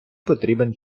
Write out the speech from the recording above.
потрібен